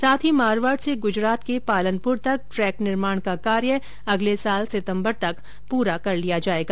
साथ ही मारवाड़ से गुजरात के पालनपुर तक ट्रैक निर्माण का कार्य अगले वर्ष सितंबर तक पूरा कर लिया जाएगा